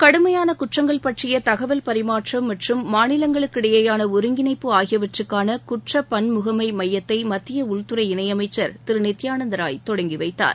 கடுமையான குற்றங்கள் பற்றிய தகவல் பரிமாற்றம் மற்றம் மாநிலங்களுக்கிடைபேயான ஒருங்கிணைப்பு ஆகியவற்றுக்கான குற்ற பன்முகமை மையத்தை மத்திய உள்துறை இணையமைச்சர் திரு நித்யானந்தராய் தொடங்கி வைத்தார்